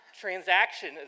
transaction